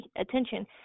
attention